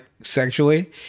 sexually